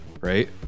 right